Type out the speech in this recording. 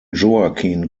joaquin